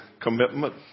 commitment